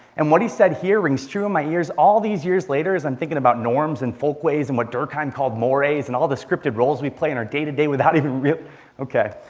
and what he said here rings true in my ears all these years later as i'm thinking about norms, and folkways, and what durkheim called mores, and all the descriptive roles we play in our day to day without even really, ok.